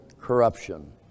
corruption